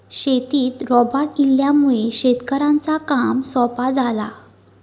शेतीत रोबोट इल्यामुळे शेतकऱ्यांचा काम सोप्या झाला